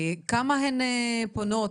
כמה מהן פונות?